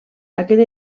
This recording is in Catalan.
aquest